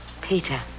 Peter